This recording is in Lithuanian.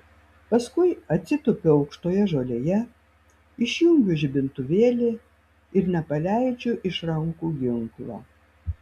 paskui atsitupiu aukštoje žolėje išjungiu žibintuvėlį ir nepaleidžiu iš rankų ginklo